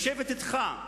לשבת אתך,